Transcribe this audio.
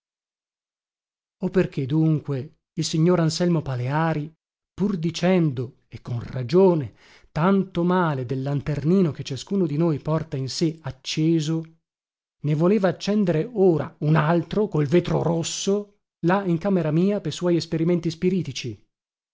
perché dunque il signor anselmo paleari pur dicendo e con ragione tanto male del lanternino che ciascuno di noi porta in sé acceso ne voleva accendere ora un altro col vetro rosso là in camera mia pe suoi esperimenti spiritici